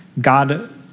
God